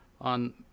on